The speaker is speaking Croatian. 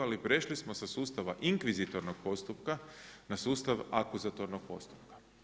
Ali prešli smo sa sustava inkvizitornog postupka, na sustav akuzatornog postupka.